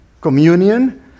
communion